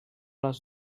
les